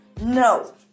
No